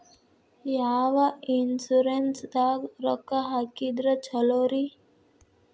ಯಾವ ಇನ್ಶೂರೆನ್ಸ್ ದಾಗ ರೊಕ್ಕ ಹಾಕಿದ್ರ ಛಲೋರಿ?